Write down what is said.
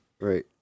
right